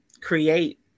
create